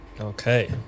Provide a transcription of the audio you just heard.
Okay